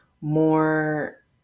more